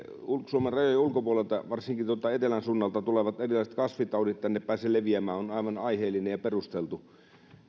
kasvitaudit suomen rajojen ulkopuolelta varsinkaan tuolta etelän suunnalta tulevat kasvitaudit tänne pääse leviämään on aivan aiheellinen ja perusteltu